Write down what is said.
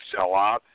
sellout